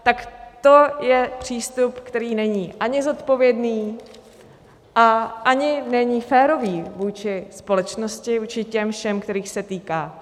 Tak to je přístup, který není ani zodpovědný a ani není férový vůči společnosti, vůči těm všem, kterých se týká.